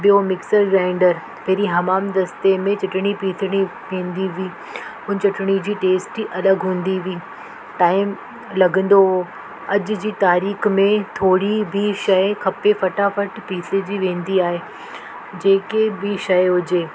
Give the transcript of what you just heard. ॿियो mixer grinder पहिरीं हमामदस्ते में चटणी पीसणी पवंदी हुई हुन चटणी जी टेस्ट ई अलॻि हूंदी हुई टाइम लॻंदो हो अॼु जी तारीख़ में थोरी बि शइ खपे फटाफट पीसजी वेंदी आहे जेके बि शइ हुजे